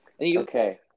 Okay